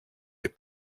les